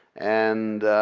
and